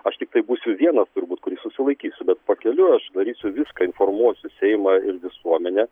aš tiktai būsiu vienas turbūt kuris susilaikysiu bet pakeliui aš darysiu viską informuosiu seimą ir visuomenę